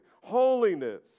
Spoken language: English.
holiness